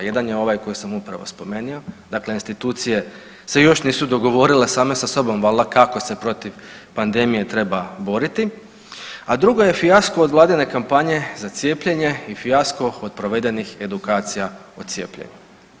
Jedan je ovaj koji sam upravo spomenuo, dakle institucije se još nisu dogovorile same sa sobom valda kako se protiv pandemije treba boriti, a drugo je fijasko od vladine kampanje za cijepljenje i fijasko od provedenih edukacija o cijepljenju.